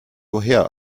woher